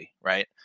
right